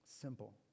Simple